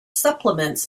supplements